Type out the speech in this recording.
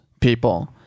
people